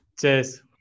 cheers